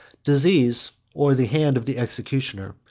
disease, or the hand of the executioner,